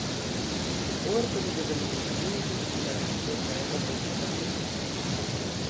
o ir pati dovilė jau seniai jaučia didžiulę aistrą ir meilę maisto gamybai